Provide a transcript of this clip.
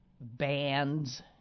bands